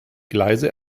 gleise